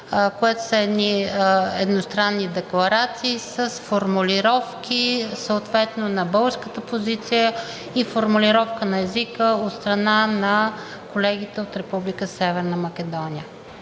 което са едни едностранни декларации с формулировки съответно на българската позиция и формулировка на езика от страна на колегите от Република Северна Македония,